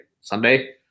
Sunday